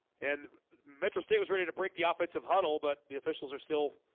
and metro state was ready to break the offensive huddle, but the officials are still